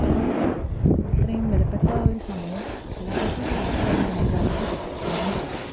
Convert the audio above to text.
ഞങ്ങളുടെ അത്രയും വിലപ്പെട്ട ഒരു സമയവും വിലപ്പെട്ട ഒരു യാത്രയാണ് നിങ്ങൾ കാരണം മുടങ്ങിപ്പോയത്